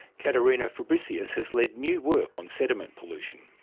katharina fabricius has led new work on sediment pollution.